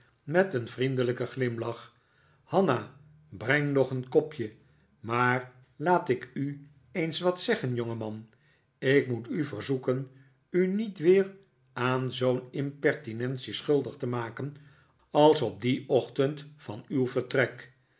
met een vriendelijken glimlach hanna breng nog een kopje maar laat ik u eens wat zeggen jongeman ik moet u verzoeken u niet weer aan zoo'n impertinentie schuldig te maken als op dien ochtend van uw vertrek